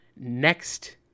Next